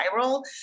viral